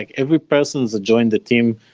like every person that joined the team,